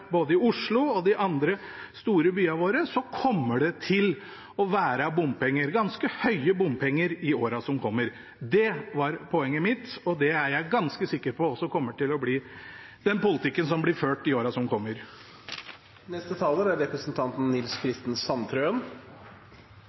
både i Oslo og de andre store byene våre, kommer det til å være bompenger – ganske høye bompenger – i årene som kommer. Det var poenget mitt, og det er jeg ganske sikker på også kommer til å bli den politikken som blir ført i årene som kommer. Det er utrolig at samferdselsministeren går opp her og er